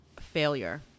failure